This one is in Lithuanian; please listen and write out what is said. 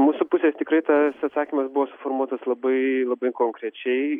mūsų pusės tikrai tas atsakymas buvo suformuotas labai labai konkrečiai